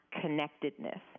connectedness